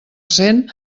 cent